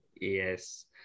Yes